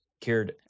cared